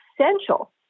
essential